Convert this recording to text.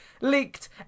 leaked